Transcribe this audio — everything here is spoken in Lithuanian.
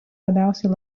labiausiai